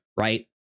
Right